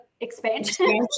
expansion